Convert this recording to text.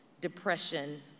Depression